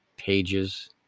pages